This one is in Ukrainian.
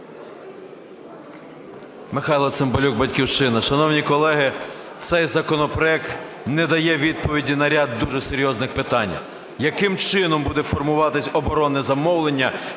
Михайло Цимбалюк, "Батьківщина". Шановні колеги, цей законопроект не дає відповіді на ряд дуже серйозних питань. Яким чином буде формуватись оборонне замовлення,